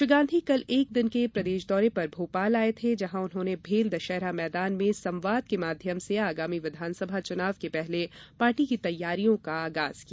श्री गांधी कल एक दिन के प्रदेश दौरे पर भोपाल आये थे जहां उन्होंने भेल दशहरा मैदान में संवाद के माध्यम से आगामी विधानसभा चुनाव के पहले पार्टी की तैयारियों का आगाज किया